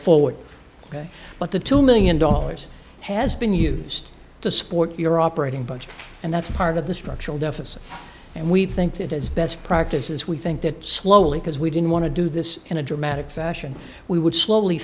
forward ok but the two million dollars has been used to support your operating budget and that's part of the structural deficit and we think it is best practice as we think to slowly because we didn't want to do this in a dramatic fashion we would slowly